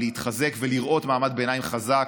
להתחזק ולראות מעמד ביניים חזק,